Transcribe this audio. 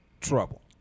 trouble